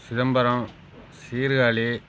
Chidambaram Sirkazhi